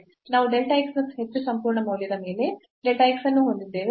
ನಾವು delta x ನ ಹೆಚ್ಚು ಸಂಪೂರ್ಣ ಮೌಲ್ಯದ ಮೇಲೆ delta x ಅನ್ನು ಹೊಂದಿದ್ದೇವೆ